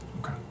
Okay